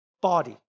body